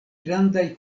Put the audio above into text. grandaj